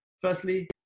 firstly